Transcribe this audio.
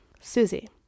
Susie